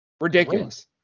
Ridiculous